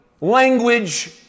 language